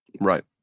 right